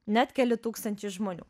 net keli tūkstančiai žmonių